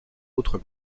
autres